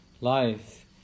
life